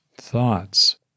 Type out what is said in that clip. thoughts